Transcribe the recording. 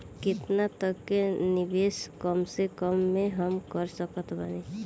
केतना तक के निवेश कम से कम मे हम कर सकत बानी?